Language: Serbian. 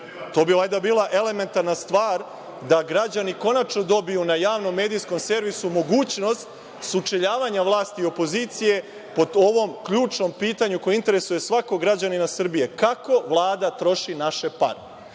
To bi valjda bila elementarna stvar da građani konačno dobiju na Javnom medijskom servisu mogućnost sučeljavanja vlasti i opozicije po ovom ključnom pitanju koje interesuje svakog građanina Srbije – kako Vlada troši naše